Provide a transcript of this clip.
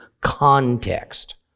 context